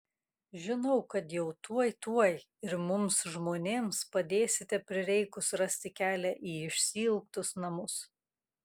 žinau kad jau tuoj tuoj ir mums žmonėms padėsite prireikus rasti kelią į išsiilgtus namus